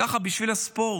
ככה בשביל הספורט,